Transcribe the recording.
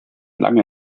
lange